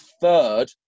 third